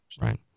Right